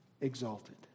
exalted